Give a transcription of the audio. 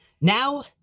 Now